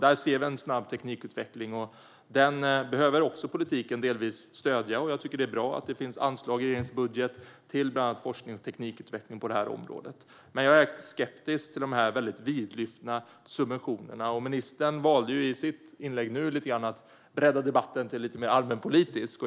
Där ser vi en snabb teknikutveckling, och den behöver politiken delvis stödja. Jag tycker att det är bra att det finns anslag i regeringens budget till bland annat forskning och teknikutveckling på det området. Men jag är skeptisk till de väldigt vidlyftiga subventionerna. Ministern valde nu i sitt inlägg att bredda debatten så att den blev lite mer allmänpolitisk.